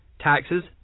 taxes